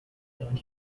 don’t